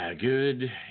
Good